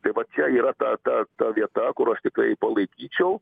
tai va čia yra ta ta vieta kur aš tikrai palaikyčiau